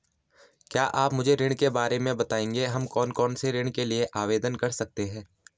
क्या आप मुझे ऋण के बारे में बताएँगे हम कौन कौनसे ऋण के लिए आवेदन कर सकते हैं?